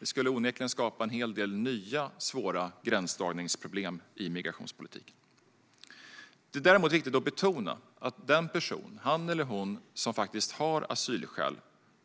Det skulle onekligen skapa en hel del nya svåra gränsdragningsproblem i migrationspolitiken. Det är däremot viktigt att betona att den person, han eller hon, som faktiskt har asylskäl